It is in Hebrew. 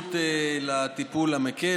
התייחסות לטיפול המקל,